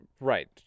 Right